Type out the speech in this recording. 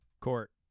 Court